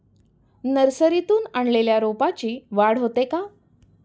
नर्सरीतून आणलेल्या रोपाची वाढ होते का?